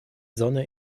sonne